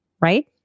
right